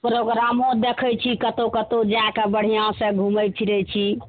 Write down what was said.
प्रोग्रामो देखय छी कतहु कतहु जाकऽ बढ़िआँसँ घुमय फिरय छी